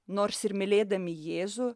nors ir mylėdami jėzų